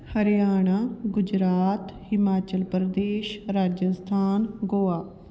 Haryana Gujarat Himachal Pradesh Rajasthan Goa